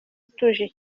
ituje